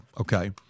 okay